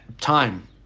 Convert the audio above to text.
time